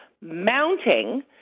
mounting